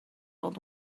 old